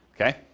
Okay